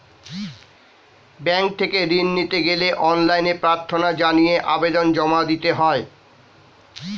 bank থেকে ঋণ নিতে গেলে অনলাইনে প্রার্থনা জানিয়ে আবেদন জমা দিতে হয়